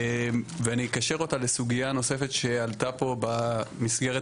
ואני אקשר אותה לסוגיה נוספת שעלתה פה במסגרת